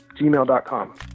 gmail.com